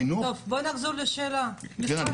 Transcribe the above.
לכל